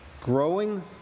growing